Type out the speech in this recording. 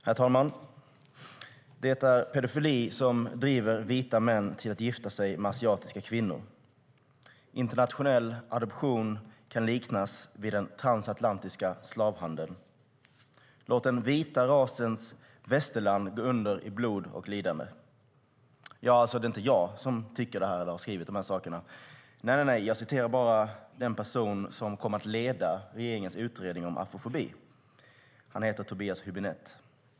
Herr talman! "Det är pedofili som driver vita män till att gifta sig med asiatiska kvinnor." "Internationell adoption kan liknas vid den transatlantiska slavhandeln." "Låt den vita rasens västerland gå under i blod och lidande." Det är alltså inte jag som tycker det här eller har skrivit de här sakerna. Nej, jag citerar bara den person som kommer att leda regeringens utredning om afrofobi. Han heter Tobias Hübinette.